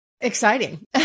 exciting